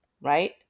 right